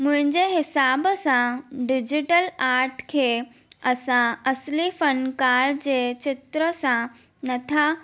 मुंहिंजे हिसाब सां डिज़िटल आर्ट खे असां असली फ़नकार जे चित्र सां नथा